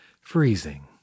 Freezing